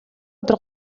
өдөр